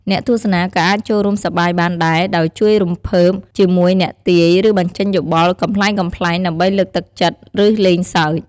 អ្នកទស្សនាក៏អាចចូលរួមសប្បាយបានដែរ ដោយជួយរំភើបជាមួយអ្នកទាយ ឬបញ្ចេញយោបល់កំប្លែងៗ ដើម្បីលើកទឹកចិត្ត ឬលេងសើច។